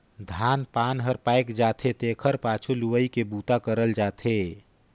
धान पान हर पायक जाथे तेखर पाछू लुवई के बूता करल जाथे